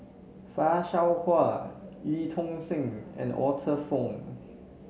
Fan Shao Hua Eu Tong Sen and Arthur Fong